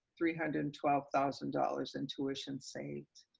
three hundred and twelve thousand dollars in tuition saved.